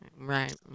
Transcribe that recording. Right